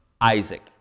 Isaac